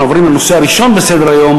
אנחנו עוברים לנושא הראשון בסדר-היום,